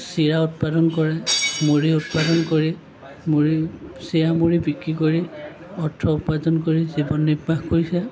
চিৰা উৎপাদন কৰে মুড়ি উৎপাদন কৰি মুড়ি চিৰা মুড়ি বিক্ৰী কৰি অৰ্থ উপাৰ্জন কৰি জীৱন নিৰ্বাহ কৰিছে